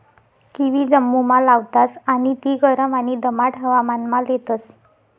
kiwi जम्मुमा लावतास आणि ती गरम आणि दमाट हवामानमा लेतस